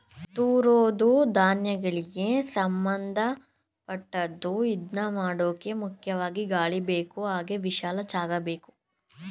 ತೂರೋದೂ ಧಾನ್ಯಗಳಿಗೆ ಸಂಭಂದಪಟ್ಟದ್ದು ಇದ್ನಮಾಡೋಕೆ ಮುಖ್ಯವಾಗಿ ಗಾಳಿಬೇಕು ಹಾಗೆ ವಿಶಾಲ ಜಾಗಬೇಕು